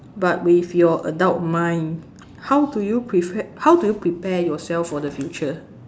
but with your adult mind how do you prepare how do you prepare yourself for the future